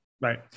Right